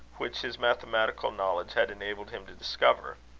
which his mathematical knowledge had enabled him to discover.